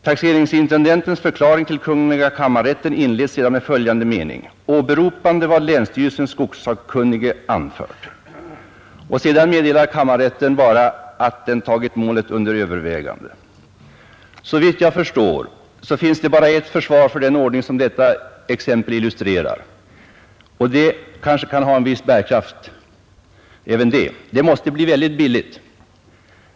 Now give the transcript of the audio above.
”Taxeringsintendentens förklaring till kungl. kammarrätten” inleds sedan med följande mening: ”Åberopande vad länsstyrelsens skogssakkunnige ——— anfört ———.” Kammarrätten meddelar bara att den ”tagit målet under övervägande”. Det finns såvitt jag förstår bara ett försvar för den ordning som detta exempel illustrerar, och även det kanske kan ha en viss bärkraft. Det måste bli väldigt billigt.